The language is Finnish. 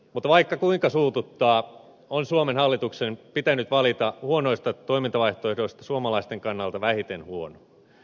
mutta vaikka kuinka suututtaa on suomen hallituksen pitänyt valita huonoista toimintavaihtoehdoista suomalaisten kannalta vähiten huono